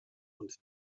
und